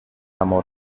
amor